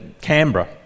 Canberra